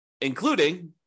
including